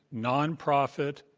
nonprofit,